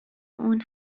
اون